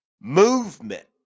movement